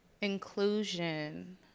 Inclusion